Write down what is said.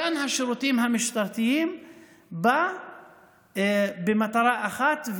מתן השירותים המשטרתיים הוא במטרה אחת,